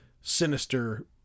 sinister